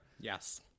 Yes